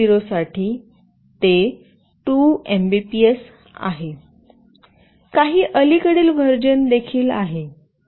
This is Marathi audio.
0 साठी ते २ एमबीपीएस आहे काही अलीकडील व्हर्जन देखील आहे